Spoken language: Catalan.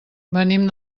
venim